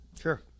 Sure